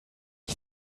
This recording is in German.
die